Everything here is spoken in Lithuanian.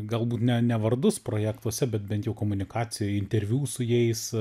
galbūt ne ne vardus projektuose bet bent jau komunikacijoj interviu su jais